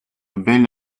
belles